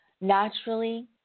Naturally